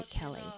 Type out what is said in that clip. Kelly